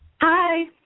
Hi